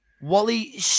Wally